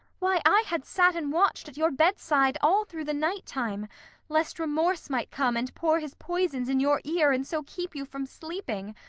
why, i had sat and watched at your bedside all through the night-time, lest remorse might come and pour his poisons in your ear, and so keep you from sleeping!